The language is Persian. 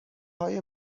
های